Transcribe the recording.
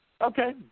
Okay